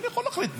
אני יכול להחליט,